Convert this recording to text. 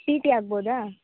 T T ಆಗ್ಬೋದ